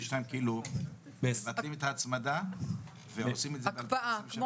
ב-2022 ההצמדה --- הקפאה של השכר הממוצע,